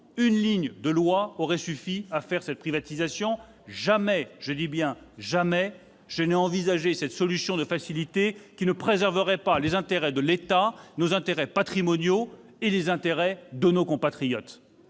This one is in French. Une ligne dans la loi aurait suffi à faire cette privatisation ! Jamais, je dis bien jamais, je n'ai envisagé cette solution de facilité qui ne préserverait pas les intérêts de l'État, nos intérêts patrimoniaux et les intérêts de nos compatriotes.